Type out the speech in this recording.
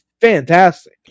fantastic